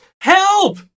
Help